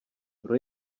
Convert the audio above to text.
pro